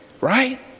Right